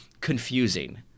confusing